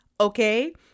Okay